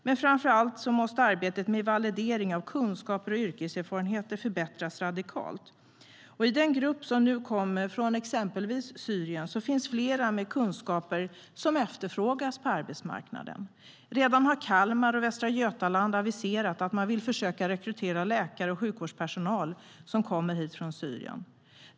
Men framför allt måste arbetet med validering av kunskaper och yrkeserfarenheter förbättras radikalt.I den grupp som nu kommer från exempelvis Syrien finns flera med kunskaper som efterfrågas på arbetsmarknaden. Redan har Kalmar och Västra Götaland aviserat att man vill försöka rekrytera läkare och annan sjukvårdspersonal som kommer hit från Syrien.